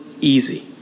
Easy